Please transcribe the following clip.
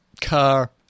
car